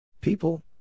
People